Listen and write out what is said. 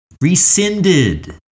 Rescinded